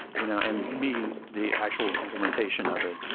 you know and me, the actual implementation of it,